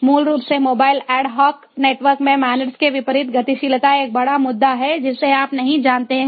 मूल रूप से मोबाइल ऐड हाक नेटवर्क में MANETs के विपरीत गतिशीलता एक बड़ा मुद्दा है जिसे आप नहीं जानते हैं